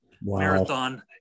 marathon